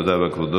תודה רבה כבודו.